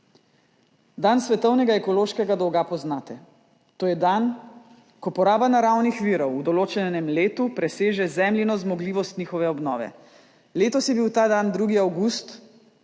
Dan svetovnega ekološkega dolga poznate. To je dan, ko poraba naravnih virov v določenem letu preseže Zemljino zmogljivost njihove obnove. Letos je bil ta dan 2. avgust,